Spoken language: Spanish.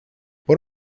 por